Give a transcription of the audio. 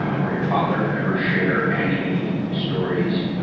or your father, ever share any stories, ah,